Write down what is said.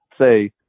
say